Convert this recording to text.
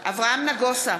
אברהם נגוסה,